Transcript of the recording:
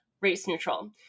race-neutral